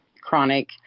chronic